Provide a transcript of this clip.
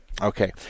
Okay